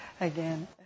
Again